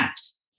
apps